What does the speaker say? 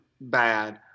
bad